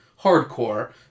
hardcore